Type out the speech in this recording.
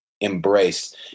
embraced